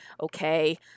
okay